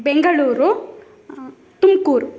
Bengaluru Tumakuru